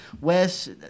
west